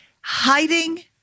Hiding